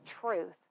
truth